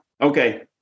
Okay